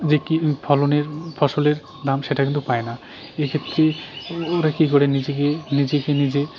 যে কি ফলনের ফসলের দাম সেটা কিন্তু পায় না এক্ষেত্রে ওরা কী করে নিজেকে নিজেকে নিজে